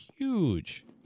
Huge